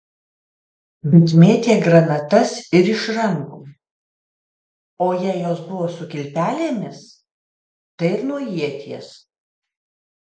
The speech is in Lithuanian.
bet mėtė granatas ir iš rankų o jei jos buvo su kilpelėmis tai ir nuo ieties